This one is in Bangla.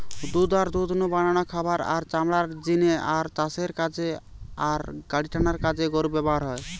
দুধ আর দুধ নু বানানো খাবার, আর চামড়ার জিনে আর চাষের কাজ আর গাড়িটানার কাজে গরু ব্যাভার হয়